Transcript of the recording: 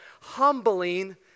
humbling